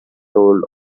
told